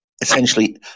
essentially